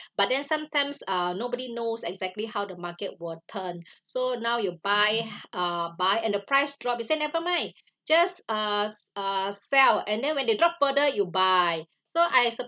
but then sometimes uh nobody knows exactly how the market will turn so now you buy h~ uh buy and the price drop he said never mind just uh uh sell and then when they drop further you buy so I